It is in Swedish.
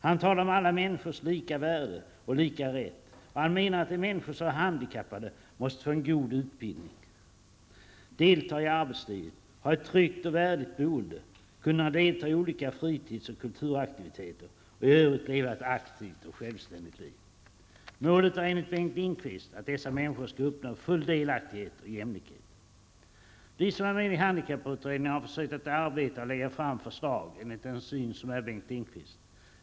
Han talar om alla människors lika värde och lika rätt, och han menar att de människor som är handikappade måste få en god utbildning, delta i arbetslivet, ha ett tryggt och värdigt boende, kunna delta i olika fritids och kulturaktiviteter och i övrigt leva ett aktivt och självständigt liv. Målet är, enligt Bengt Lindqvist, att dessa människor skall uppnå full delaktighet och jämlikhet. Vi som är med i handikapputredningen har försökt att arbeta och lägga fram förslag i enlighet med Bengt Lindqvists syn.